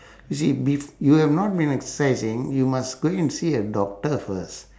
you see bef~ you have not been exercising you must go and see a doctor first